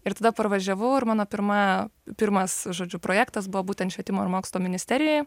ir tada parvažiavau ir mano pirma pirmas žodžiu projektas buvo būtent švietimo ir mokslo ministerijoje